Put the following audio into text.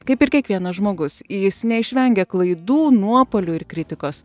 kaip ir kiekvienas žmogus jis neišvengė klaidų nuopuolių ir kritikos